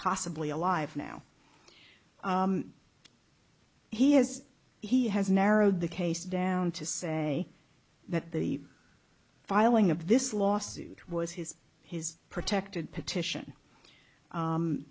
possibly alive now he has he has narrowed the case down to say that the filing of this lawsuit was his his protected petition